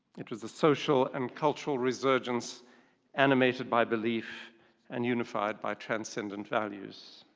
it was a social and cultural resurgence animated by belief and unified by transcendent values.